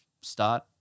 start